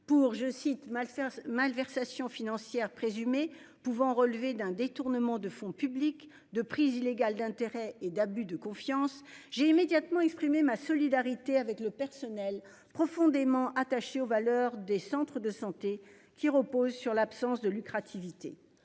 pour je cite. Malversations financières présumées pouvant relever d'un détournement de fonds publics de prise illégale d'intérêts et d'abus de confiance, j'ai immédiatement exprimer ma solidarité avec le personnel. Profondément attaché aux valeurs des centres de santé qui repose sur l'absence de lucratives